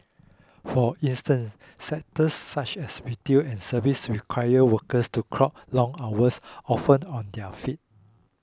for instance sectors such as retail and services require workers to clock long hours often on their feet